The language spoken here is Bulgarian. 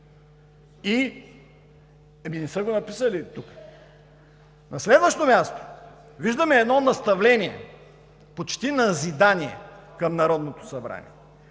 Ами не са го написали тук. На следващо място виждаме едно наставление, почти назидание към Народното събрание: